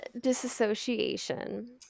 disassociation